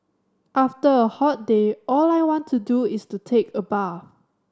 after a hot day all I want to do is to take a bath